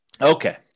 Okay